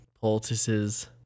poultices